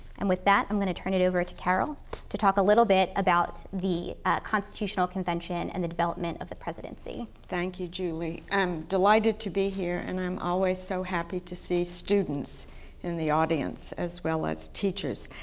and with that i'm going to turn it over to carol to talk a little bit about the constitutional convention and the development of the presidency. thank you julie. i'm delighted to be here and i'm always so happy to see students in the audience as well as teachers.